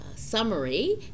summary